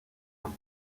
ans